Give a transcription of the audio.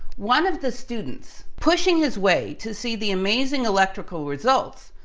one of the students, pushing his way to see the amazing electrical results,